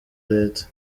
leta